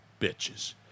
bitches